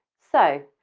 so,